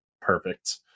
perfect